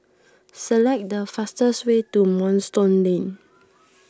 select the fastest way to Moonstone Lane